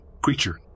creature